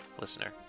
listener